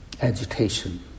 agitation